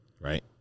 right